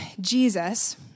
Jesus